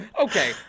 Okay